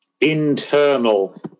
internal